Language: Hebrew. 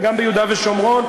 וגם ביהודה ושומרון,